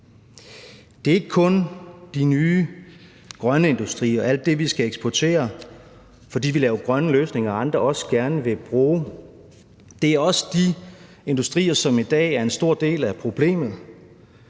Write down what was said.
Det er ikke kun de nye grønne industrier og alt det, vi skal eksportere, fordi vi laver grønne løsninger, som andre også gerne vil bruge. Det er også de industrier, som i dag er en stor del af problemet: